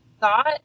thought